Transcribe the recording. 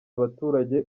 abaturage